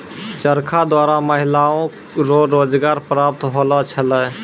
चरखा द्वारा महिलाओ रो रोजगार प्रप्त होलौ छलै